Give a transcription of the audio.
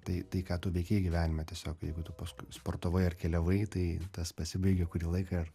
tai tai ką tu veikei gyvenime tiesiog jeigu tu paskui sportavai ar keliavai tai tas pasibaigia kurį laiką ir